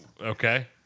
Okay